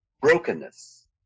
brokenness